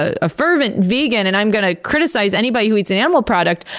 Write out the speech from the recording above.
ah ah fervent vegan, and i am going to criticize anybody who eats an animal product.